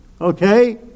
Okay